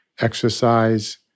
exercise